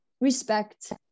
respect